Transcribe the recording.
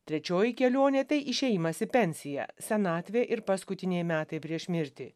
trečioji kelionė tai išėjimas į pensiją senatvė ir paskutiniai metai prieš mirtį